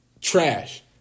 trash